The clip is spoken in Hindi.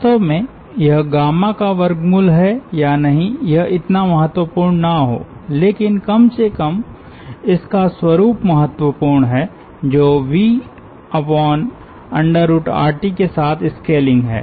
वास्तव में यह गामाका वर्गमूल है या नहीं यह इतना महत्वपूर्ण ना हो लेकिन कम से कम इसका स्वरुप महत्वपूर्ण हैजोVRTके साथ स्केलिंग है